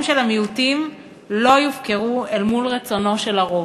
של המיעוטים לא יופקרו אל מול רצונו של הרוב.